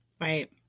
Right